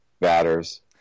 batters